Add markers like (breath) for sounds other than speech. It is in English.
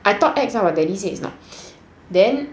I thought ex ah but daddy say it's not (breath)